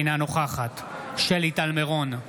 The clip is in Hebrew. אינה נוכחת שלי טל מירון,